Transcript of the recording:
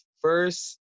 first